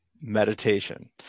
meditation